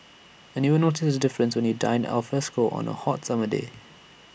and you will notice the difference when you dine alfresco on A hot summer day